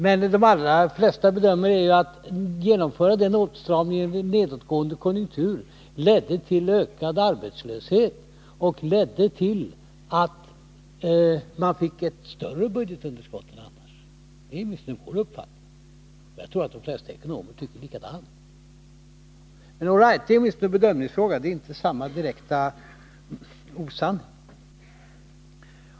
Men de allra flesta bedömare menar ju att genomförandet av den åtstramningen i en nedåtgående konjunktur ledde till ökad arbetslöshet och till ett större budgetunderskott än det annars hade blivit. Det är åtminstone vår uppfattning. Jag tror att de flesta ekonomer tycker likadant. Men all right! Det är en bedömningsfråga, det är inte samma direkta osanning.